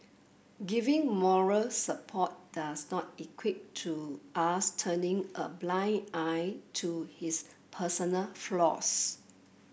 giving moral support does not equate to us turning a blind eye to his personal flaws